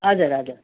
हजुर हजुर